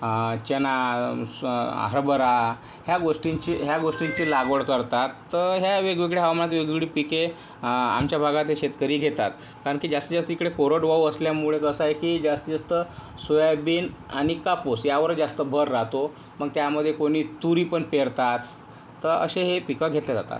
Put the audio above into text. चणा हरभरा ह्या गोष्टींची लागवड करतात तर ह्या वेगवेगळ्या हवामानात वेगवेगळी पिके आमच्या भागातले शेतकरी घेतात कारण की जास्तीत जास्त इकडे कोरडवाहू असल्यामुळे कसं आहे की जास्तीत जास्त सोयाबीन आणि कापूस यावर जास्त भर राहतो मग त्यामध्ये कोणी तुरी पण पेरतात तर असे हे पिकं घेतली जातात